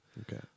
Okay